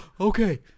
Okay